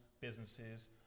businesses